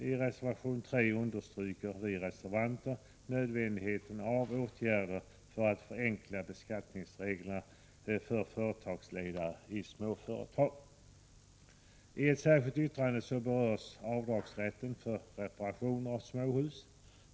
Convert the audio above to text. I reservation 3 understryker vi reservanter nödvändigheten av åtgärder för att förenkla reglerna för beskattning av företagsledare i småföretag. I ett särskilt yttrande berörs rätten till avdrag för reparationer av småhus.